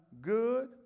good